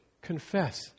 confess